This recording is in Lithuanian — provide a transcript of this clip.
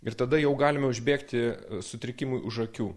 ir tada jau galime užbėgti sutrikimui už akių